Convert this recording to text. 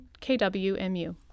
KWMU